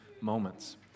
moments